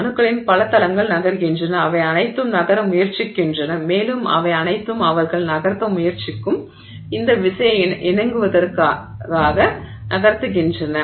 அணுக்களின் பல தளங்கள் நகர்கின்றன அவை அனைத்தும் நகர முயற்சிக்கின்றன மேலும் அவை அனைத்தும் அவர்கள் நகர்த்த முயற்சிக்கும் இந்த விசையை இணங்குவதற்காக நகர்கின்றன